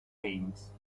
things